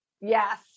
Yes